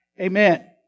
Amen